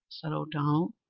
said o'donnell.